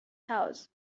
house